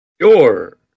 Sure